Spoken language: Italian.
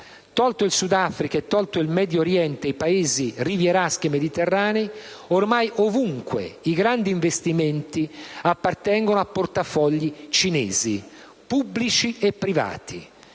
Tolto il Sud Africa e tolto il Medio Oriente (i Paesi rivieraschi e mediterranei), ormai ovunque i grandi investimenti appartengono a portafogli cinesi pubblici e privati.